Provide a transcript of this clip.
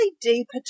deeper